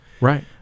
Right